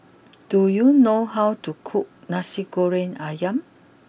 do you know how to cook Nasi Goreng Ayam